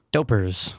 Dopers